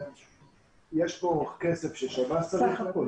סך הכול